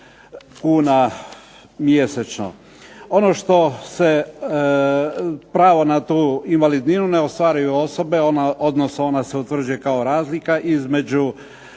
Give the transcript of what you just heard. kuna mjesečno. Ono što se pravo na tu invalidninu ne ostvaruju osobe odnosno ona se utvrđuje kao razlika između